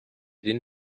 den